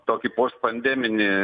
tokį post pandeminį